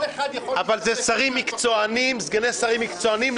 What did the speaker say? אבל זה שרים מקצועניים, סגני שרים מקצועניים.